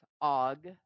Og